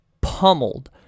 pummeled